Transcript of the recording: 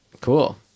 Cool